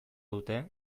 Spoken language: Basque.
dute